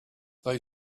they